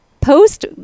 post